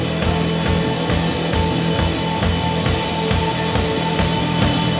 game